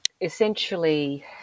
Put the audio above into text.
Essentially